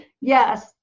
Yes